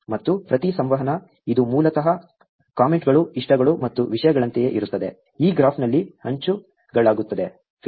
ಮತ್ತು ಪ್ರತಿ ಸಂವಹನ ಇದು ಮೂಲತಃ ಕಾಮೆಂಟ್ಗಳು ಇಷ್ಟಗಳು ಮತ್ತು ವಿಷಯಗಳಂತೆಯೇ ಇರುತ್ತದೆ ಈ ಗ್ರಾಫ್ನಲ್ಲಿ ಅಂಚುಗಳಾಗುತ್ತದೆ